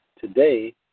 today